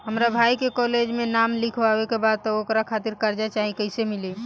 हमरा भाई के कॉलेज मे नाम लिखावे के बा त ओकरा खातिर कर्जा चाही कैसे मिली?